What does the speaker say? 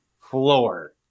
floor